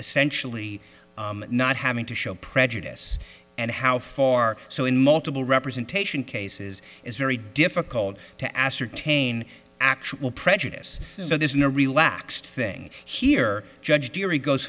essentially not having to show prejudice and how for so in multiple representation cases it's very difficult to ascertain actual prejudice so there's no relaxed thing here judge jury goes